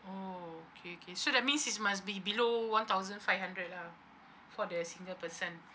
oh okay okay so that means is must be below one thousand five hundred lah for the single person